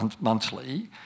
monthly